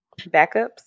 Backups